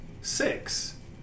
six